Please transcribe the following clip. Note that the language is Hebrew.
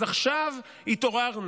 אז עכשיו התעוררנו,